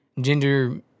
gender